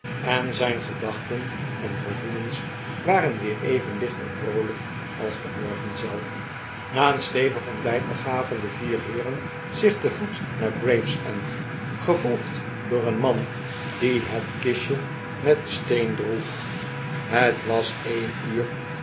en zijn gedachten en gevoelens waren weer even licht en vrootijk als de morgen zelf na een stevig ontbijt begaven de vier heeren zich te voet naar gravesend gevolgd door een man die het kistje met den steen droeg het was een uur